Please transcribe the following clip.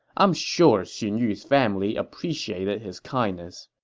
i'm sure xun yu's family appreciated his kindness